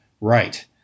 right